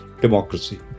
democracy